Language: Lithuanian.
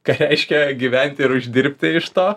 ką reiškia gyventi ir uždirbti iš to